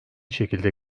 şekilde